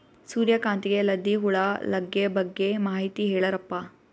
ಸೂರ್ಯಕಾಂತಿಗೆ ಲದ್ದಿ ಹುಳ ಲಗ್ಗೆ ಬಗ್ಗೆ ಮಾಹಿತಿ ಹೇಳರಪ್ಪ?